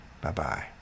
Bye-bye